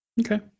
okay